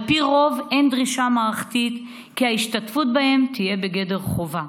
פי רוב אין דרישה מערכתית שההשתתפות בהן תהיה בגדר חובה.